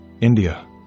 India